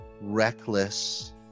reckless